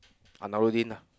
Annarudin ah